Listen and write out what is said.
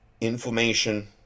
inflammation